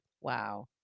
Wow